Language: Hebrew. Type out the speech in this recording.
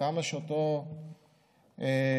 וכמה שאותו ילד,